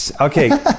Okay